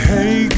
Hey